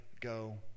go